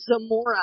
Zamora